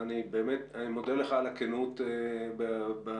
אני מודה לך על הכנות בתשובות.